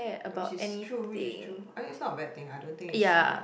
I mean she's true which is true I mean it's not a bad thing I don't think is ya